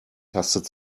tastet